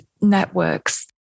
networks